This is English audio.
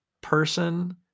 person